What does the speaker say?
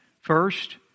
First